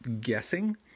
guessing